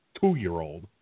two-year-old